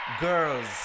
Girls